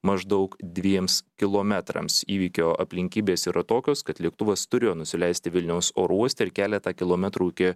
maždaug dviems kilometrams įvykio aplinkybės yra tokios kad lėktuvas turėjo nusileisti vilniaus oro uoste ir keletą kilometrų iki